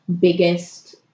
biggest